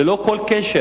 ללא קשר